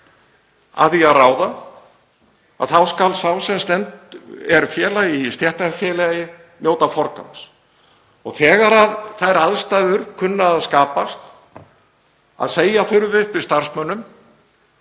að því að ráða þá skal sá sem er félagi í stéttarfélagi njóta forgangs. Þegar þær aðstæður kunna að skapast að segja þurfi upp starfsmönnum